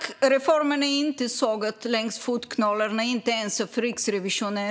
Fru talman! Reformen är inte sågad jäms med fotknölarna, inte ens av Riksrevisionen.